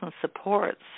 supports